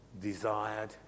desired